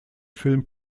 film